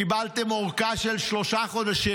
קיבלתם ארכה של שלושה חודשים.